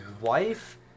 wife